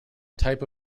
type